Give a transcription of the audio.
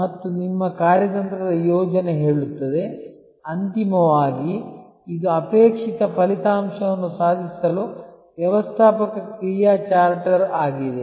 ಮತ್ತು ನಿಮ್ಮ ಕಾರ್ಯತಂತ್ರದ ಯೋಜನೆ ಹೇಳುತ್ತದೆ ಅಂತಿಮವಾಗಿ ಇದು ಅಪೇಕ್ಷಿತ ಫಲಿತಾಂಶವನ್ನು ಸಾಧಿಸಲು ವ್ಯವಸ್ಥಾಪಕ ಕ್ರಿಯಾ ಚಾರ್ಟರ್ ಆಗಿದೆ